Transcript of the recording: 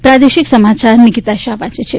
પ્રાદેશિક સમાચાર નિકીતા શાહ વાંચે છે